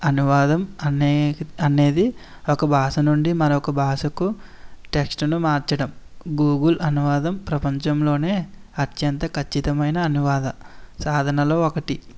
అనువాదం అనే అనేది ఒక భాష నుండి మరొక భాషకు టెక్స్టును మార్చడం గూగుల్ అనువాదం ప్రపంచంలో అత్యంత ఖచ్చితమైన అనువాద సాధనలో ఒకటి